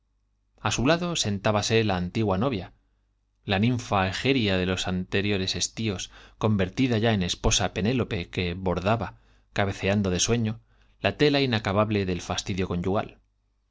á su lado sentábase la anti gua novia la ninfa egería de los anteriores convertida ya en la estíos esposa penélope que bordaba cabeceando de sueño la tela inacabable del fastidio conyugal